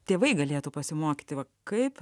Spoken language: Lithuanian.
tėvai galėtų pasimokyti va kaip